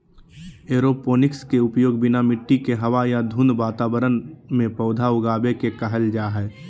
aeroponics के उपयोग बिना मिट्टी के हवा या धुंध वातावरण में पौधा उगाबे के कहल जा हइ